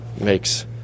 makes